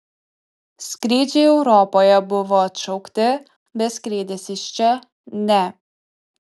skrydžiai europoje buvo atšaukti bet skrydis iš čia ne